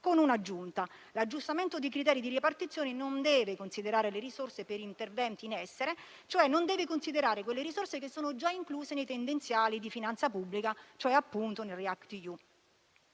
con un'aggiunta: l'aggiustamento dei criteri di ripartizione non deve considerare le risorse per interventi in essere, cioè non deve considerare quelle risorse che sono già incluse nei tendenziali di finanza pubblica, cioè nel React-EU.